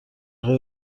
غیر